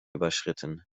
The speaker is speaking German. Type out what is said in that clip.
überschritten